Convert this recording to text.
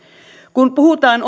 kun puhutaan